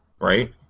right